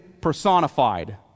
personified